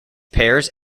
pairs